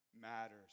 matters